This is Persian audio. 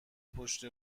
پشت